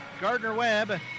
Gardner-Webb